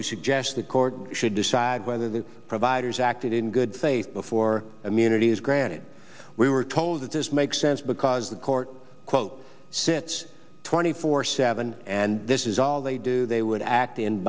who suggest the court should decide whether the providers acted in good faith before immunity is granted we were told that this makes sense because the court quote sits twenty four seven and this is all they do they would act in